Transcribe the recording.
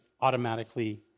automatically